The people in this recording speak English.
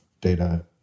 data